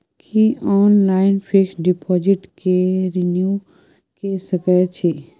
की online fix deposit के renew के सकै छी?